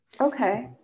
okay